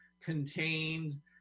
contained